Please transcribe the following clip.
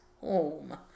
home